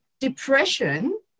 Depression